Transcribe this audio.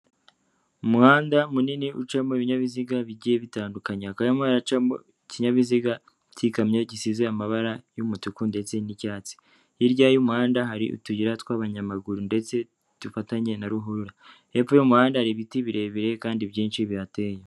Umuhanda munini ucamo ibinyabiziga bigiye bitandukanye, hakaba harimo haracamo ikinyabiziga kikamyo gisize amabara y'umutuku ndetse n'icyatsi hirya y'umuhanda, hari utuyira tw'abanyamaguru ndetse dufatanye na ruhurura hepfo y'umuhanda hari ibiti birebire kandi byinshi bihateye.